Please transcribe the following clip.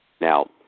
Now